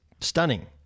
stunning